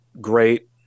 great